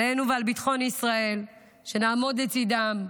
עלינו ועל ביטחון ישראל, שנעמוד לצידן,